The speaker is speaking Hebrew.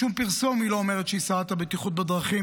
בשום פרסום היא לא אומרת שהיא שרת הבטיחות בדרכים,